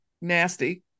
nasty